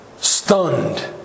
stunned